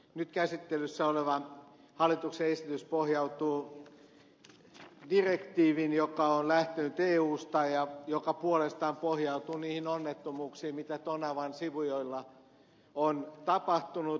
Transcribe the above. nyt käsittelyssä oleva hallituksen esitys pohjautuu direktiiviin joka on lähtenyt eusta ja joka puolestaan pohjautuu niihin onnettomuuksiin mitä tonavan sivujoilla on tapahtunut